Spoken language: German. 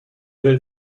will